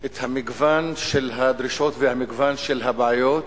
את מגוון הדרישות ומגוון הבעיות